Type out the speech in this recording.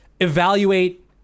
evaluate